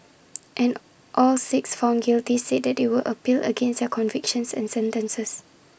and all six found guilty said they would appeal against their convictions and sentences